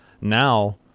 now